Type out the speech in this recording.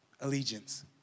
allegiance